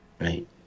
Right